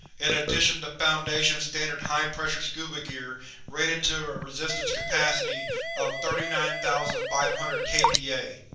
in addition to foundation standard high-pressure scuba gear rated to a resistance capacity of thirty nine thousand five hundred kpa.